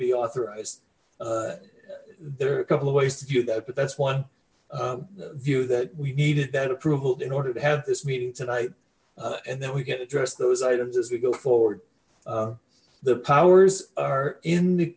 be authorized there are a couple of ways to do that but that's one view that we needed that approval in order to have this meeting tonight and then we can address those items as we go forward the powers are in the